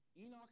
Enoch